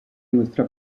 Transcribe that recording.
nuestra